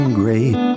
great